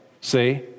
see